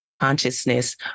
consciousness